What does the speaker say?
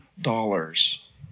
dollars